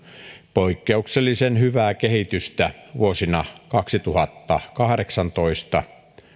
poikkeuksellisen hyvää kehitystä vuosina kaksituhattakahdeksantoista